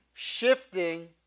Shifting